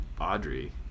Audrey